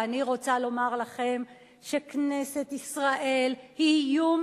אני רוצה לומר לכם שכנסת ישראל היא איום